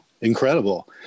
incredible